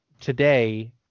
today